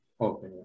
Okay